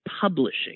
Publishing